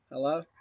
Hello